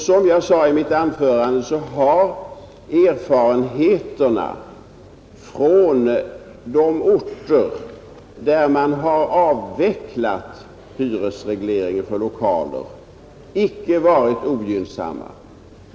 Som jag tidigare sade har erfarenheterna från de orter där man har avvecklat hyresregleringen för lokaler inte varit ogynnsamma.